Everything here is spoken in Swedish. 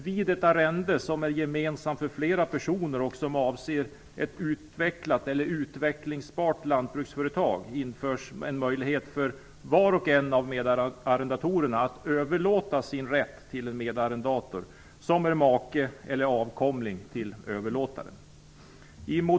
Vid ett arrende som är gemensamt för flera personer och som avser ett utvecklat eller utvecklingsbart lantbruksföretag införs en möjlighet för var och en av medarrendatorerna att överlåta sin rätt till en medarrendator som är make eller avkomling till överlåtaren.